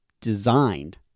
designed